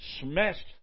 smashed